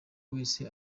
wese